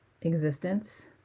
existence